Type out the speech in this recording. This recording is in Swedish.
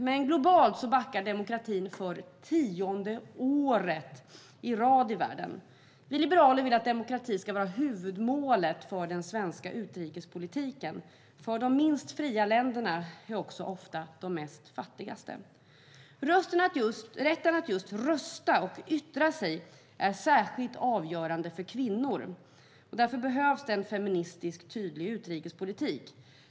Men globalt backar demokratin för tionde året i rad. Vi liberaler vill att demokrati ska vara huvudmålet för den svenska utrikespolitiken. De minst fria länderna är nämligen ofta också de fattigaste. Rätten att just rösta och yttra sig är särskilt avgörande för kvinnor. Därför behövs det en tydlig feministisk utrikespolitik.